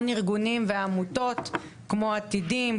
מאוד ארגונים ועמותות כמו: "עתידים",